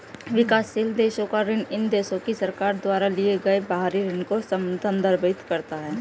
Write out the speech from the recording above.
विकासशील देशों का ऋण इन देशों की सरकार द्वारा लिए गए बाहरी ऋण को संदर्भित करता है